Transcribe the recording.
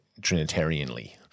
Trinitarianly